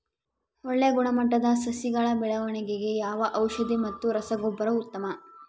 ಒಳ್ಳೆ ಗುಣಮಟ್ಟದ ಸಸಿಗಳ ಬೆಳವಣೆಗೆಗೆ ಯಾವ ಔಷಧಿ ಮತ್ತು ರಸಗೊಬ್ಬರ ಉತ್ತಮ?